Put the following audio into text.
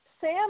Sam